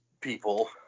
people